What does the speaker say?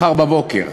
מחר בבוקר,